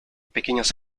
pequeñas